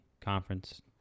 conference